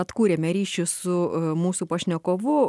atkūrėme ryšį su mūsų pašnekovu